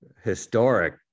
historic